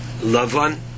Lavan